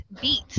beat